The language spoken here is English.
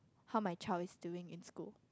how my child is doing in school